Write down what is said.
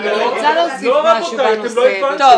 אנחנו